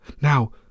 Now